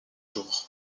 jours